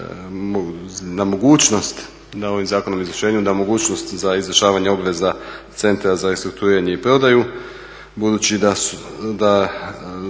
na mogućnost za izvršavanje obveza Centra za restrukturiranje i prodaju budući da za